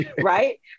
Right